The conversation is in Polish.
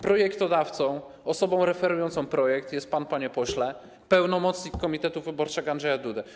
Projektodawcą, osobą referującą projekt jest pan, panie pośle, pełnomocnik komitetu wyborczego Andrzeja Dudy.